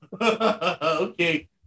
Okay